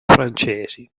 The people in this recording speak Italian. francesi